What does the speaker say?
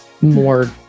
more